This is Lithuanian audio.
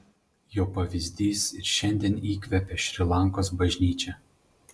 jo pavyzdys ir šiandien įkvepia šri lankos bažnyčią